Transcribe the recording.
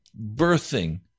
birthing